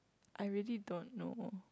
I really don't know